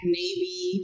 navy